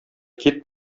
кит